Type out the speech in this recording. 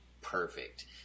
perfect